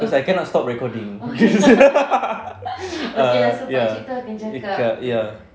because I cannot stop recording ah ya cakap ya